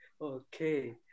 Okay